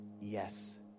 yes